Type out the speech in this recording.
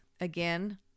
Again